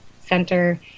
center